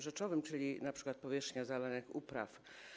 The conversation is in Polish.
Rzeczowym, czyli np. powierzchni zalanych upraw.